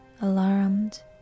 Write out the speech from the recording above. alarmed